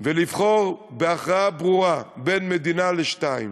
ולבחור בהכרעה ברורה בין מדינה לשתיים.